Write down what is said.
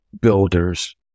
builders